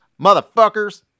motherfuckers